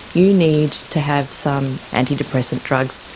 you need to have some antidepressant drugs.